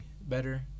better